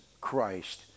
Christ